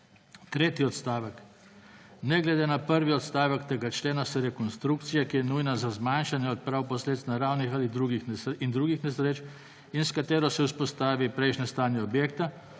Tretji odstavek. Ne glede na prvi odstavek tega člena se rekonstrukcija, ki je nujna za zmanjšanje ali odpravo posledic naravnih in drugih nesreč in s katero se vzpostavi prejšnje stanje objekta,